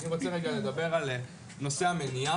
אני רוצה רגע לדבר על נושא המניעה,